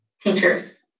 teachers